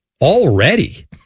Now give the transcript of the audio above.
Already